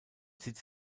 sitz